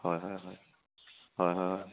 হয় হয় হয় হয় হয় হয়